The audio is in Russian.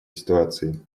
ситуации